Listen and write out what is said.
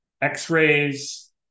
x-rays